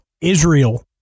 Israel